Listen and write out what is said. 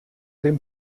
dem